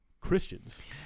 Christians